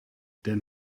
den